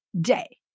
day